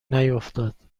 نیفتاد